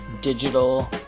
digital